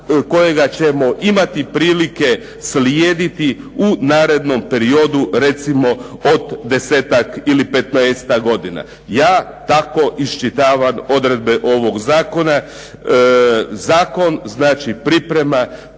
kojega ćemo imati prilike slijediti u narednom periodu recimo od desetak ili petnaestak godina. Ja tako iščitavam odredbe ovog zakona. Zakon znači priprema